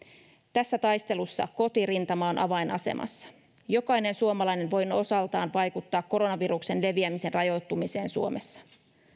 tässä taistelussa kotirintama on avainasemassa jokainen suomalainen voi osaltaan vaikuttaa koronaviruksen leviämisen rajoittumiseen suomessa